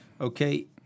okay